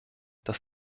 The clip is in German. dass